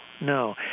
no